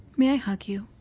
may i hug you?